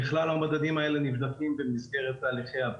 ככלל, המדדים האלה נבדקים במסגרת תהליכי ה-...